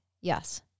Yes